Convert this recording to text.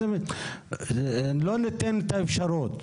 לא ניתן את האפשרות,